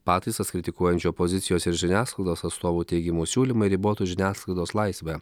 pataisas kritikuojančių opozicijos ir žiniasklaidos atstovų teigimu siūlymai ribotų žiniasklaidos laisvę